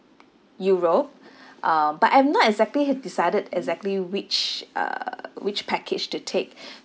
euro uh but I've not exactly decided exactly which uh which package to take